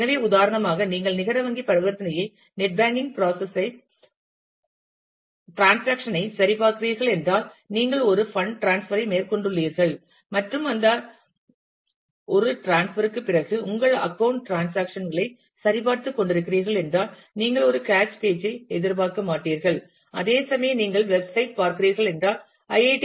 எனவே உதாரணமாக நீங்கள் நிகர வங்கி பரிவர்த்தனையைச் நெட் பேங்கிங் ட்ரான்ஸ்சாக்ஷன் ஐ சரிபார்க்கிறீர்கள் என்றால் நீங்கள் ஒரு ஃபண்ட் டிரான்ஸ்பர் ஐ மேற்கொண்டுள்ளீர்கள் மற்றும் அந்த ஒரு டிரான்ஸ்பர் ற்குப் பிறகு உங்கள் அக்கவுண்ட் ட்ரான்ஸ்சாக்ஷன் களைச் சரிபார்த்துக் கொண்டிருக்கிறீர்கள் என்றால் நீங்கள் ஒரு கேச் பேஜ் ஐ எதிர்பார்க்க மாட்டீர்கள் அதேசமயம் நீங்கள் வெப்சைட் பார்க்கிறீர்கள் என்றால் ஐ